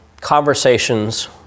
conversations